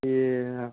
ଇଏ